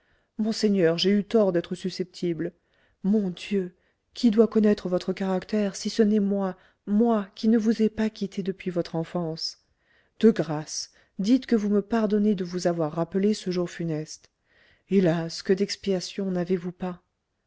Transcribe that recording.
monseigneur j'ai eu tort d'être susceptible mon dieu qui doit connaître votre caractère si ce n'est moi moi qui ne vous ai pas quitté depuis votre enfance de grâce dites que vous me pardonnez de vous avoir rappelé ce jour funeste hélas que d'expiations n'avez-vous pas